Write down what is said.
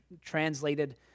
translated